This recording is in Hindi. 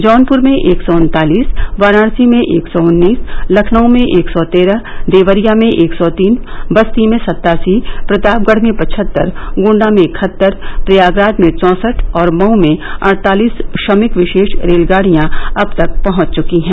जौनपुर में एक सौ उन्तालीस वाराणसी में एक सौ उन्नीस लखनऊ में एक सौ तेरह देवरिया में एक सौ तीन बस्ती में सत्तासी प्रतापगढ में पचहत्तर गोण्डा में इकहत्तर प्रयागराज में चौंसठ और मऊ में अडतालीस श्रमिक विशेष रेलगाडियां अब तक पहंच चकी हैं